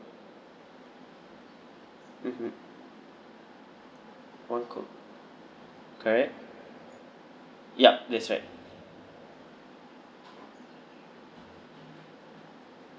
mmhmm one coke correct yup that's right